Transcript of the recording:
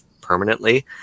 permanently